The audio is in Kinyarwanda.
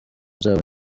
zabo